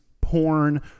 porn